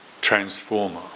transformer